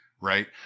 right